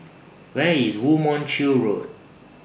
Where IS Woo Mon Chew Road